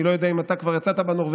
אני לא יודע אם אתה כבר יצאת בנורבגי,